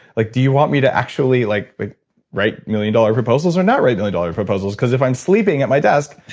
like do you want me to actually like write million dollar proposals, or not write million dollar proposals? because if i'm sleeping at my desk.